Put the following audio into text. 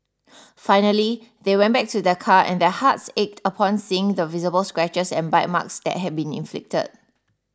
finally they went back to their car and their hearts ached upon seeing the visible scratches and bite marks that had been inflicted